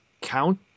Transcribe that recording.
count